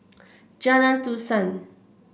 Jalan Dusan